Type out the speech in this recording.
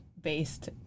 based